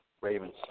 Ravens